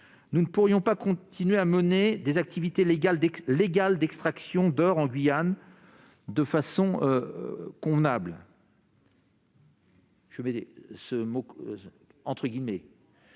nous ne pourrions pas continuer à mener des activités légales d'extraction d'or en Guyane de façon « convenable »; je mets évidemment